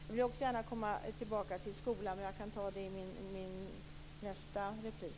Jag vill också återkomma till frågan om skolan, men jag kan göra det i min nästa replik.